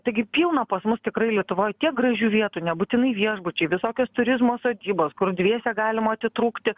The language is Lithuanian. taigi pilna pas mus tikrai lietuvoj tiek gražių vietų nebūtinai viešbučiai visokios turizmo sodybos kur dviese galima atitrūkti